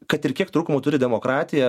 kad ir kiek trūkumų turi demokratija